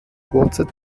kurze